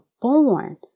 born